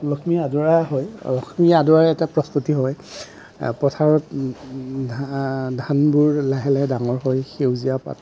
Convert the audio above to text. লক্ষ্মী আদৰা হয় লক্ষ্মী আদৰাৰ এটা প্ৰস্তুতি হয় পথাৰত ধানবোৰ লাহে লাহে ডাঙৰ হয় সেউজীয়া পাত